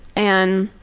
and